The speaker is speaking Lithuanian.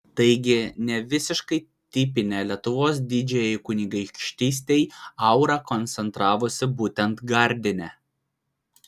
taigi ne visiškai tipinė lietuvos didžiajai kunigaikštystei aura koncentravosi būtent gardine